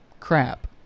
crap